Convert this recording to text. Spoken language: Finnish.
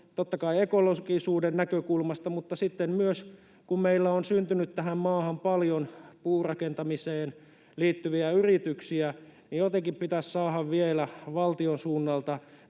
totta kai ekologisuuden näkökulmasta, mutta sitten myös kun meillä on syntynyt tähän maahan paljon puurakentamiseen liittyviä yrityksiä, niin jotenkin pitäisi saada vielä valtion suunnalta